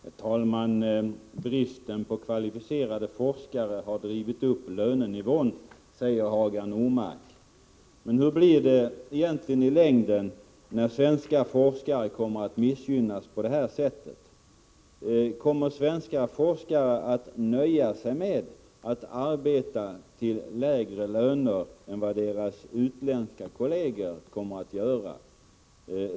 Herr talman! Bristen på kvalificerade forskare har drivit upp lönenivån, säger Hagar Normark. Men hur kommer det att bli i längden, när svenska forskare missgynnas på det här sättet? Kommer svenska forskare att nöja sig med att arbeta till lägre löner än sina utländska kolleger?